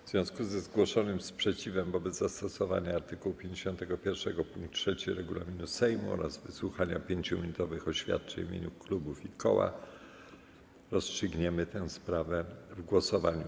W związku ze zgłoszonym sprzeciwem wobec zastosowania art. 51 pkt 3 regulaminu Sejmu oraz wysłuchania 5-minutowych oświadczeń w imieniu klubów i koła rozstrzygniemy tę sprawę w głosowaniu.